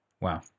Wow